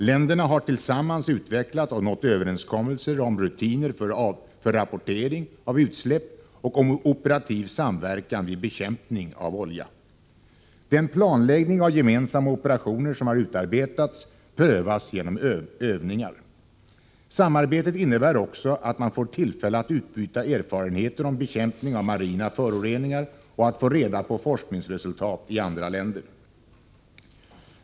Länderna har tillsammans utvecklat och nått överenskommelser om rutiner för rapportering av utsläpp och om operativ samverkan vid bekämpning av olja. Den planläggning av gemensamma operationer som har utarbetats prövas genom övningar. Samarbetet innebär också att man får tillfälle att utbyta erfarenheter om bekämpning av marina föroreningar och att få reda på forskningsresultat i andra länder.